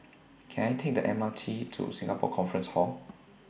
Can I Take The M R T to Singapore Conference Hall